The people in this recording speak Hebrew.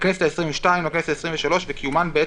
לכנסת העשרים ושתיים ולכנסת העשרים ושלוש וקיומן בעת